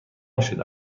شده